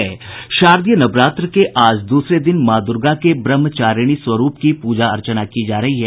शारदीय नवरात्र के आज दूसरे दिन माँ दूर्गा के ब्रह्मचारिणी स्वरूप की पूजा अर्चना की जा रही है